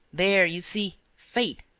there, you see, fate.